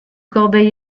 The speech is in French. corbeil